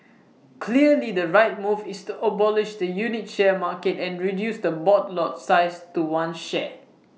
clearly the right move is to abolish the unit share market and reduce the board lot size to one share